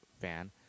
fan